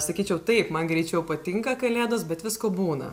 sakyčiau taip man greičiau patinka kalėdos bet visko būna